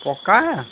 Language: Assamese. পকা